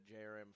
JRM